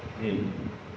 mmhmm